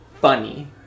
Funny